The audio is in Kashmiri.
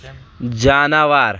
جاناوار